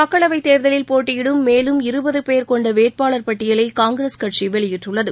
மக்களவைத் தேர்தலில் போட்டியிடும் மேலும் இருபது பேர் கொண்ட வேட்பாளர் பட்டியலை காங்கிரஸ் கட்சி வெளியிட்டுள்ளது